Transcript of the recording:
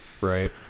Right